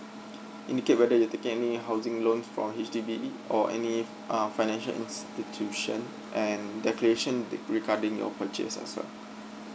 indicate whether you're taking any housing loan for H_D_B or any err financial institution and declaration regarding your purchase as well